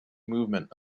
movement